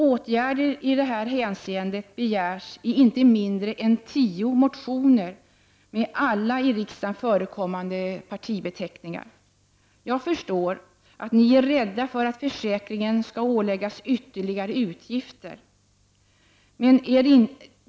Åtgärder i detta hänseende begärs i inte mindre tio motioner — och då gäller det alla i riksdagen förekommande partibeteckningar. Jag förstår att ni är rädda för att försäkringen skall åläggas ytterligare utgifter.